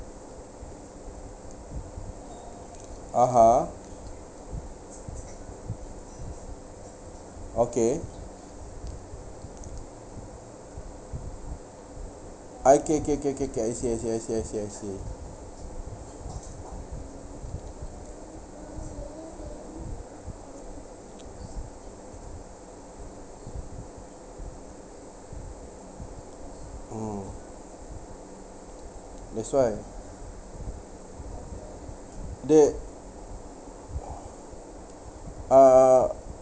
(uh huh) okay okay K K K K I see I see I see I see mm that's why that uh